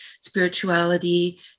spirituality